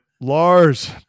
Lars